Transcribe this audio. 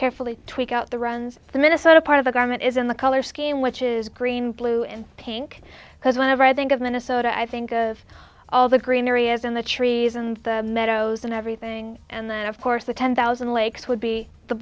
carefully tweak out the runs the minnesota part of the garment is in the color scheme which is green blue and pink because whenever i think of minnesota i think of all the green areas in the trees and the meadows and everything and then of course the ten thousand lakes would be the